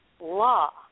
law